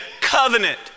covenant